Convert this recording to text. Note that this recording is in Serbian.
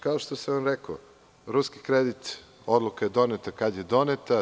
Kao što sam rekao, ruski kredit, odluka je doneta kada je doneta.